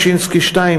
ששינסקי 2,